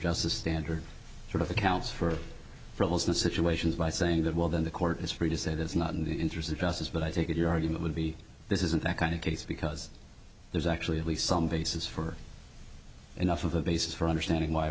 justice standard sort of accounts for the situations by saying that well then the court is free to say that's not in the interest of justice but i take it your argument would be this isn't that kind of case because there's actually at least some basis for enough of a basis for understanding why